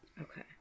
Okay